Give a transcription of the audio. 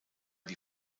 die